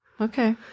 Okay